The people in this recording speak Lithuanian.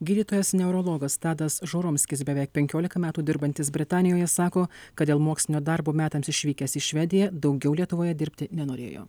gydytojas neurologas tadas žuromskis beveik penkiolika metų dirbantis britanijoje sako kad dėl mokslinio darbo metams išvykęs į švediją daugiau lietuvoje dirbti nenorėjo